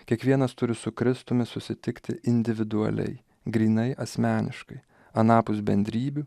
kiekvienas turi su kristumi susitikti individualiai grynai asmeniškai anapus bendrybių